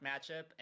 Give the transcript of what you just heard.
matchup